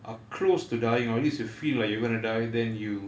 are close to dying or at least you feel like you're gonna die then you